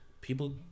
People